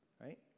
right